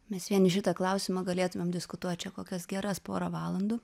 mes vien į šitą klausimą galėtumėm diskutuot čia kokias geras porą valandų